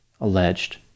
alleged